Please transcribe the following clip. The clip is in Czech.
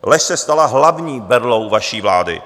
Lež se stala hlavní berlou vaší vlády.